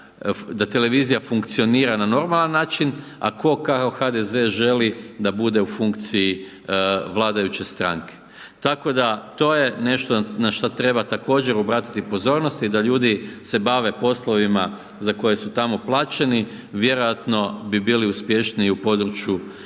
da televizija funkcionira na normalan način, a tko kao HDZ želi da bude u funkciji vladajuće stranke, tako da, to je nešto na šta treba također obratiti pozornost i da ljudi se bave poslovima za koje su tamo plaćeni, vjerojatno bi bili uspješniji i u području